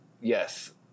yes